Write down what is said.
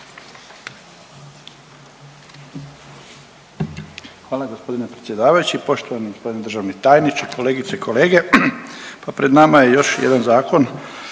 Hvala g. predsjedavajući, poštovani g. državni tajniče, kolegice i kolege. Pa pred nama je još jedan zakon